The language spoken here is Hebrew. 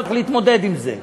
צריך להתמודד עם זה,